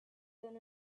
than